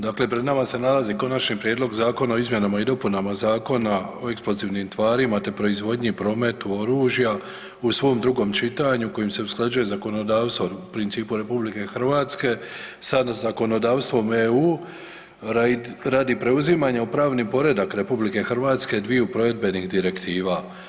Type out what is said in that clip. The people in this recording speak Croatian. Dakle, pred nama se nalazi Konačni prijedlog Zakona o izmjenama i dopunama Zakona o eksplozivnim tvarima te proizvodnji i prometu oružja u svom drugom čitanju kojim se usklađuje zakonodavstvo u principu RH sa zakonodavstvom EU radi preuzimanja u pravni poredak RH dviju provedbenih direktiva.